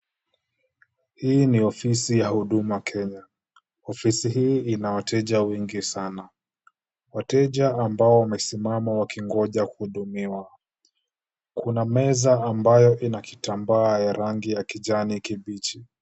Hii ni ofisi ya huduma Kenya. Ofisi hii ina wateja wengi sana. Wateja ambao wamesimama wakingoja kuhudumiwa. Kuna meza ambayo ina kitambaa ya rangi ya kijani kibichi.